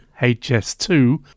hs2